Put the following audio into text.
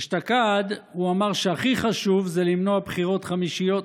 אשתקד הוא אמר שהכי חשוב זה למנוע בחירות חמישיות.